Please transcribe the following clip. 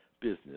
business